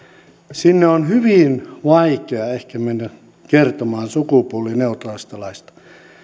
sinne on hyvin vaikea ehkä mennä kertomaan sukupuolineutraalista laista